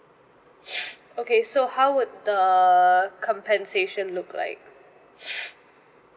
okay so how would the compensation look like